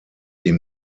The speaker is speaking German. ihm